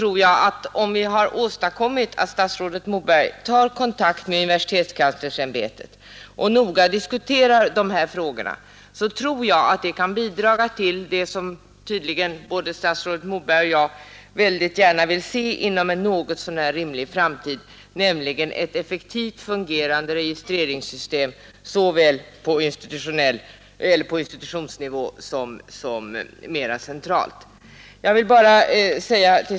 Om vi har åstadkommit att statsrådet Moberg tar Kontakt med universitetskanslersämbetet och noga diskuterar dessa frågor, tror jag att det kan bidra till det som tydligen både statsrådet Moberg och jag mycket gärna vill se inom en rimlig framtid, nämligen ett effektivt fungerande registreringssystem såväl på institutionsnivå som mera centralt.